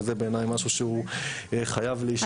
שזה בעיניי משהו שחייב להשתנות כמה שיותר מהר.